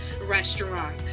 restaurant